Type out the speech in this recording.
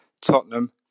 Tottenham